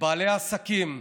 לבעלי העסקים,